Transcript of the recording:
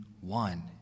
one